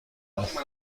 است